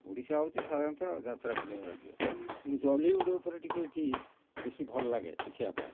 ଓଡ଼ିଶା ହେଉଛି ସଧାରଣତ ଯାତ୍ରା ପ୍ରିୟ ରାଜ୍ୟ ତେଣୁ ଜଲିଉଡ଼୍ ଉପରେ ଟିକେ ଏଠି ବେଶି ଭଲ ଲାଗେ ଦେଖିବା ପାଇଁ